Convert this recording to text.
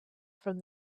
from